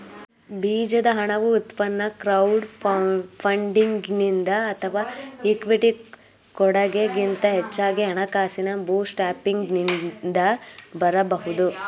ಬೀಜದ ಹಣವು ಉತ್ಪನ್ನ ಕ್ರೌಡ್ ಫಂಡಿಂಗ್ನಿಂದ ಅಥವಾ ಇಕ್ವಿಟಿ ಕೊಡಗೆ ಗಿಂತ ಹೆಚ್ಚಾಗಿ ಹಣಕಾಸಿನ ಬೂಟ್ಸ್ಟ್ರ್ಯಾಪಿಂಗ್ನಿಂದ ಬರಬಹುದು